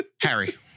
Harry